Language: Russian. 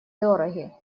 дороги